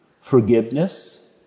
forgiveness